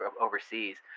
overseas